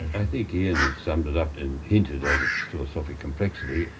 i think ian has summed it up and hinted at its philosophic complexity.